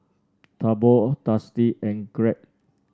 Taobao Tasty and Glade